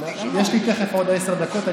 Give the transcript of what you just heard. יש לי תכף עוד עשר דקות.